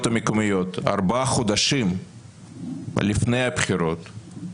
המקומיות ארבעה חודשים לפני הבחירות,